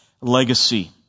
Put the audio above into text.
legacy